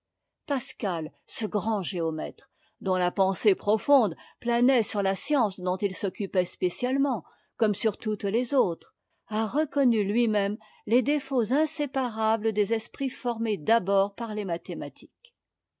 pascal ce grand géomètre dont la pensée profonde planait sur la science dont il s'occupait spécialement comme sur toutes les autres a reconnu lui-même les défauts inséparables des esprits formés d'abord par les mathématiques